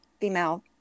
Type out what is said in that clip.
female